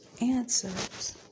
answers